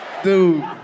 Dude